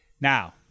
Now